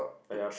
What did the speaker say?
uh yeah